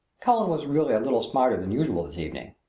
cullen was really a little smarter than usual this evening.